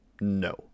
no